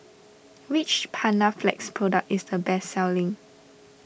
which Panaflex product is the best selling